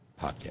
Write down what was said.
podcast